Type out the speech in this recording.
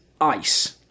ice